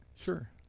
sure